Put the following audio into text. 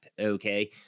okay